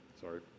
Sorry